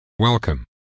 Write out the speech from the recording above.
Welcome